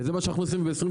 וזה מה שאנחנו עושים,